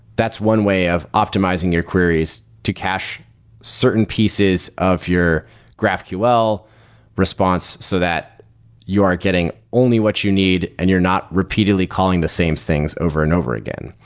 that's one way of optimizing your queries to cache certain pieces of your graphql response so that you are getting only what you need and you're not repeatedly calling the same things over and over again.